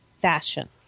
fashion